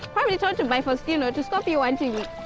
probably told to by faustino to stop you wanting me.